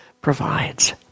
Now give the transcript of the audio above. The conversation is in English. provides